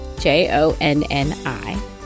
J-O-N-N-I